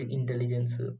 Intelligence